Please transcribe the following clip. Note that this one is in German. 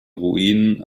ruinen